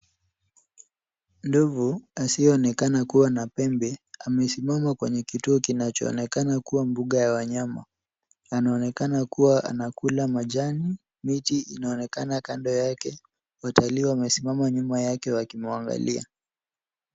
Ndovu asiyeonekana kuwa na pembe amesimama kwenye kituo kinachoonekana kuwa mbuga ya wanyama. Anaonekana kuwa anakula majani. Miti inaonekana kando yake. Watalii wamesimama nyuma yake wakimuangalia.